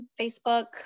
Facebook